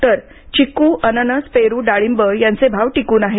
तर चिक्क अननस पेरु डाळिंब यांचे भाव टिकन आहेत